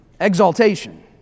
Exaltation